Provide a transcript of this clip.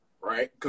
Right